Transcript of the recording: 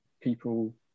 people